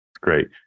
Great